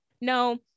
no